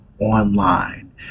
online